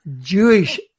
Jewish